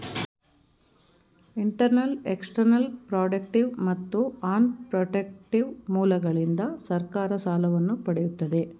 internal, external, productive ಮತ್ತು unprotective ಮೂಲಗಳಿಂದ ಸರ್ಕಾರ ಸಾಲವನ್ನು ಪಡೆಯುತ್ತದೆ